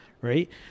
Right